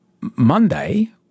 Monday